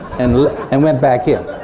and like and went back in.